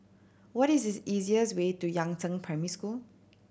what is easiest way to Yangzheng Primary School